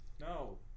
No